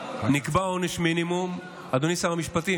נקבע עונש מינימום, אדוני שר המשפטים,